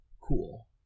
Cool